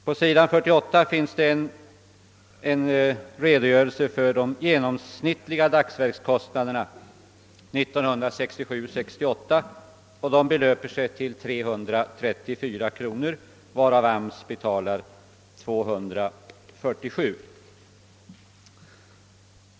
På sidan 48 finns en redogörelse för de genomsnittliga dagsverkskostnaderna 1967/68, och de belöper sig till 334 kronor, varav AMS betalar 247.